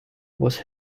was